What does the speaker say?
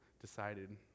decided